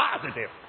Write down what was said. positive